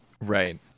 Right